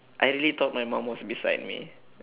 I really thought my mum was beside me